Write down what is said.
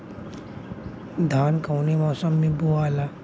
धान कौने मौसम मे बोआला?